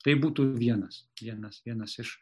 tai būtų vienas vienas vienas iš